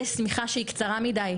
יש שמיכה שהיא קצרה מידי.